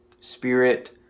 Spirit